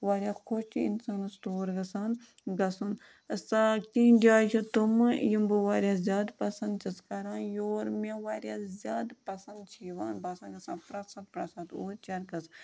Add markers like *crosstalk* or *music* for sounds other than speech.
واریاہ خوش چھِ اِنسانَس تور گژھان گَژھُن *unintelligible* کیٚنٛہہ جایہِ چھےٚ تِمہٕ یِم بہٕ واریاہ زیادٕ پَسنٛد چھَس کَران یور مےٚ واریاہ زیادٕ پَسنٛد چھِ یِوان بہٕ *unintelligible* گژھان پرٛٮ۪تھ ساتہٕ پرٛٮ۪تھ ساتہٕ اوٗرۍ چَرکَس